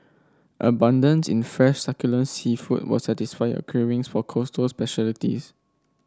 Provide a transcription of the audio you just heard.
abundance in fresh succulent seafood will satisfy your cravings for coastal specialities